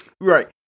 Right